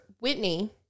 Whitney